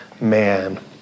man